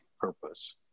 purpose